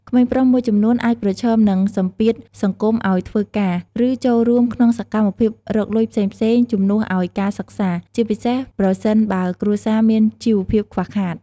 ក្មេងប្រុសមួយចំនួនអាចប្រឈមនឹងសម្ពាធសង្គមឱ្យធ្វើការ ឬចូលរួមក្នុងសកម្មភាពរកលុយផ្សេងៗជំនួសឱ្យការសិក្សា ជាពិសេសប្រសិនបើគ្រួសារមានជីវភាពខ្វះខាត។